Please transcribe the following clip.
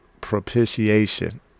Propitiation